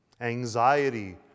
anxiety